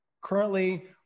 currently